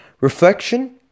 Reflection